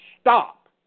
Stop